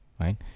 right